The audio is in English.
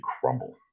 crumble